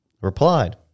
replied